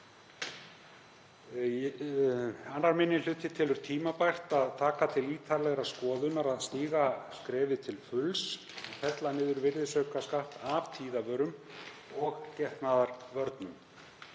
2. minni hluti telur tímabært að taka til ítarlegrar skoðunar að stíga skrefið til fulls og fella niður virðisaukaskatt af tíðavörum og getnaðarvörnum.